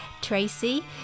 Tracy